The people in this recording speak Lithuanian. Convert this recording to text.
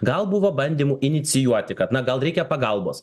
gal buvo bandymų inicijuoti kad na gal reikia pagalbos